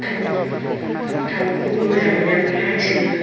दाउखौबो मोजां मोनो ओमफ्राय हांसो